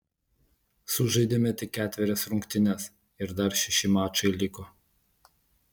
sužaidėme tik ketverias rungtynes ir dar šeši mačai liko